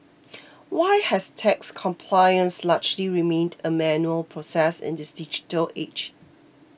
why has tax compliance largely remained a manual process in this digital age